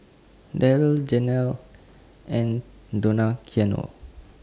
Darryle Janelle and Donaciano